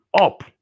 up